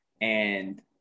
and-